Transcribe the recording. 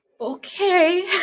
okay